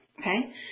okay